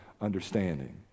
understanding